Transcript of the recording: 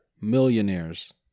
millionaires